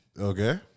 Okay